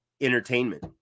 entertainment